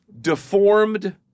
deformed